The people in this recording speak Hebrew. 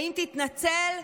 האם תתנצל?